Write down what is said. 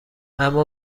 اما